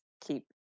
keep